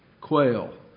quail